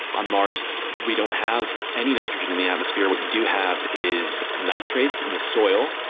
on mars, we don't have any nitrogen in the atmosphere. what you do have is nitrates in the soil.